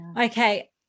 okay